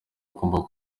agomba